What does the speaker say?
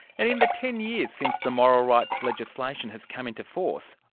and in the ten years since the moral rights legislation has come into force,